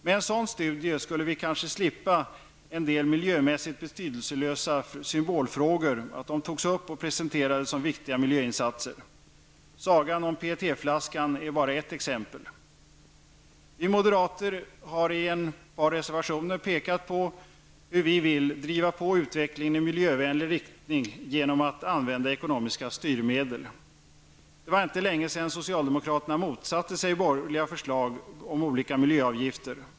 Med en sådan studie skulle vi kanske slippa att en del miljömässigt betydelselösa symbolfrågor togs upp och presenterades som viktiga miljöinsatser. Sagan om PET-flaskan är bara ett exempel. Vi moderater har i ett par reservationer pekat på hur vi vill driva på utvecklingen i miljövänlig riktning genom att använda ekonomiska styrmedel. Det var inte länge sedan socialdemokraterna motsatte sig borgerliga förslag om olika miljöavgifter.